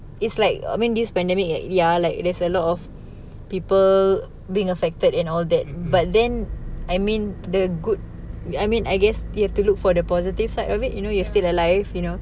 it's like I mean this pandemic ya like there's a lot of people being affected and all that but then I mean the good I mean I guess you have to look for the positive side of it you know you are still alive you know